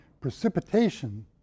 precipitation